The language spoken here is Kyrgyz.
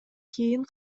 кийин